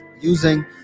using